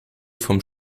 vom